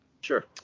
Sure